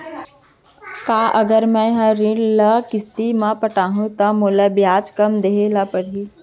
का अगर मैं हा ऋण ल किस्ती म पटाहूँ त मोला ब्याज कम देहे ल परही?